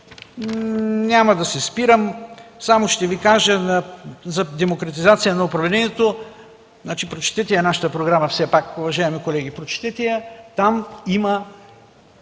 няма да се спирам. Ще Ви кажа за демократизацията на управлението. Прочетете нашата програма, все пак, уважаеми колеги. Прочетете я. Ние